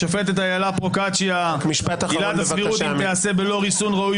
השופטת איילה פרוקצ'יה: עילת הסבירות אם תיעשה בלא ריסון ראוי